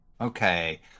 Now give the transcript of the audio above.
Okay